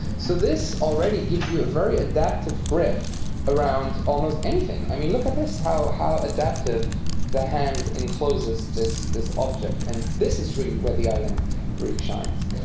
so this already gives you a very adaptive grip around almost anything. i mean, look at this, how how adaptive the hand encloses this this object. and this is really where the ilimb really shines.